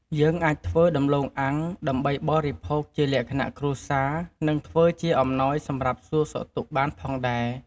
យើងអាចធ្វើដំទ្បូងអាំង ដើម្បីបរិភោគជាលក្ខណៈគ្រួសារ និងធ្វើជាអំណោយសម្រាប់សួរសុខទុក្ខបានផងដែរ។